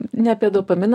ne apie dopaminą